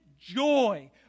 joy